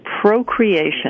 procreation